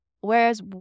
Whereas